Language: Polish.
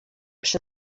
przy